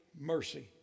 mercy